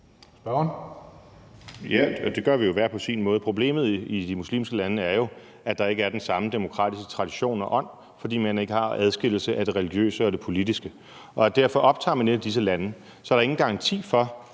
(DF): Ja, og det gør vi jo hver på sin måde. Problemet i de muslimske lande er jo, at der ikke er den samme demokratiske tradition og ånd, fordi de ikke har en adskillelse af det religiøse og det politiske. Hvis man derfor optager et af disse lande, er der ingen garanti for,